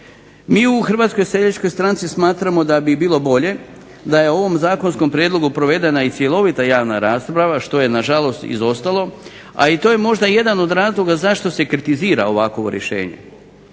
Mi u Hrvatskoj seljačkoj stranci smatramo da bi bilo bolje da je o ovom zakonskom prijedlogu provedena i cjelovita javna rasprava što je nažalost izostalo, a i to je možda jedan od razloga zašto se kritizira ovakvo rješenje.